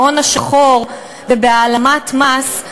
בהון השחור ובהעלמת מס,